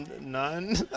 none